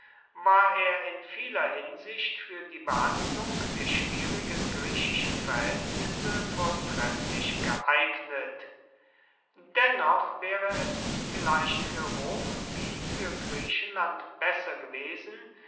war er in vieler hinsicht fuer die behandlung der schwierigen griechischen verhaeltnisse vortrefflich geeignet dennoch waere es vielleicht fuer rom wie fuer griechenland besser gewesen